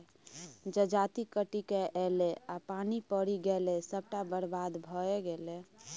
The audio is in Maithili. जजाति कटिकए ऐलै आ पानि पड़ि गेलै सभटा बरबाद भए गेलै